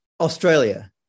Australia